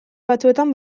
batzuetan